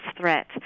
threat